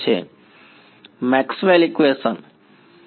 વિદ્યાર્થી Maxwell's equation Maxwell's equation